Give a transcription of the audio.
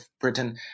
Britain